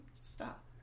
stop